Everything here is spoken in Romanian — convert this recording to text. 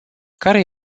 care